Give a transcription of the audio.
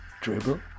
dribble